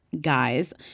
guys